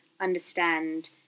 understand